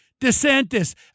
DeSantis